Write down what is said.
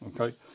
Okay